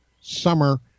summer